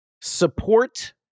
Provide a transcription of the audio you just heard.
support